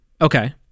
Okay